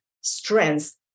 strengths